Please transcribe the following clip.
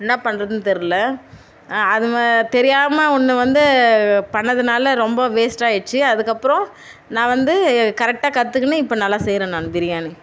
என்ன பண்ணுறதுனு தெரியலை அதுமாதிரி தெரியாமல் ஒன்று வந்து பண்ணதனால ரொம்ப வேஸ்ட்டாகிடுச்சி அதுக்கப்புறம் நான் வந்து கரெக்டாக கத்துக்கணு இப்போ நல்லா செய்கிறேன் நான் பிரியாணி